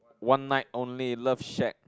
one night only love shack